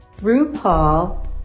RuPaul